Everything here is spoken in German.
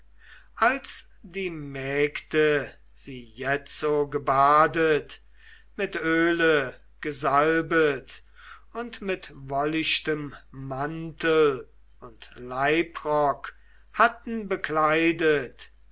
als sie die mägde gebadet und drauf mit öle gesalbet und mit wollichtem mantel und leibrock hatten bekleidet